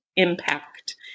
impact